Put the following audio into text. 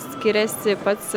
skiriasi pats